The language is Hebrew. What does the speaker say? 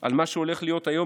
על מה שהולך להיות היום.